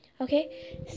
okay